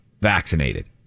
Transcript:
vaccinated